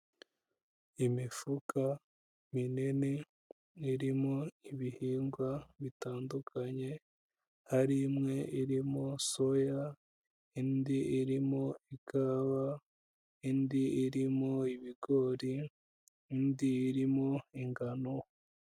Imifuka minini irimo ibihingwa bitandukanye, hari imwe irimo soya, indi irimo ikawa, indi irimo ibigori, indi irimo ingano.